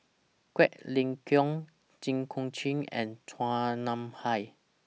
Quek Ling Kiong Jit Koon Ch'ng and Chua Nam Hai